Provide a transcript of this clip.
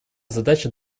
задача